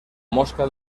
mosca